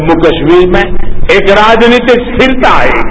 जम्मू कश्मीर में एक राजनीतिक स्थिरता आएगी